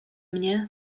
mnie